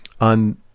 on